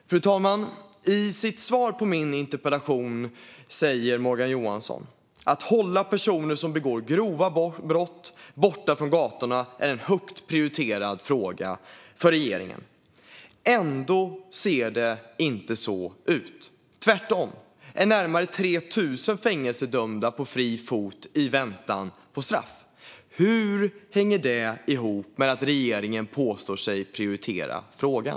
Fru talman! I sitt svar på min interpellation sa Morgan Johansson att det är en högt prioriterad fråga för regeringen att hålla personer som begår grova brott borta från gatorna. Ändå ser det inte så ut. Tvärtom är närmare 3 000 fängelsedömde på fri fot i väntan på straff. Hur hänger det ihop med att regeringen påstår sig prioritera frågan?